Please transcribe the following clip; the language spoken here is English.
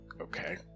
Okay